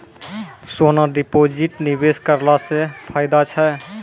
सोना deposit निवेश करला से फैदा छै?